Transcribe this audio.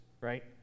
right